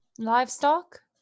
Livestock